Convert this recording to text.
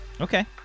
okay